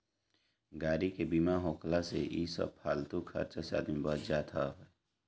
गाड़ी के बीमा होखला से इ सब फालतू खर्चा से आदमी बच जात हअ